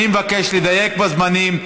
אני מבקש לדייק בזמנים,